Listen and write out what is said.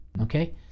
Okay